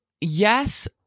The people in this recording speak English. yes